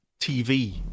TV